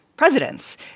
presidents